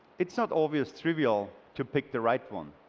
it's not always trivial to pick the right one.